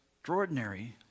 extraordinary